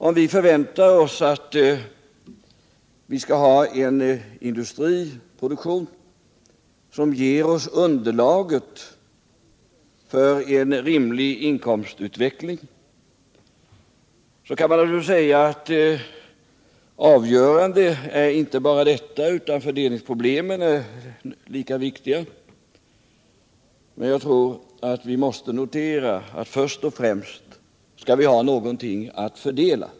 Om vi förväntar oss att vi skall ha en industriproduktion som ger oss underlaget för en rimlig inkomstutveckling, så kan man naturligtvis säga att avgörande är inte bara detta utan fördelningsproblemen är lika viktiga. Men jag tror att vi måste notera att först och främst skall vi ha någonting att fördela.